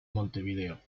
montevideo